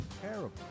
terrible